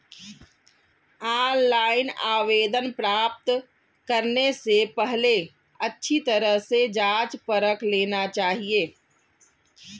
online आवेदन प्राप्त करने से पहले अच्छी तरह से जांच परख लेना चाहिए